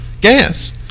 gas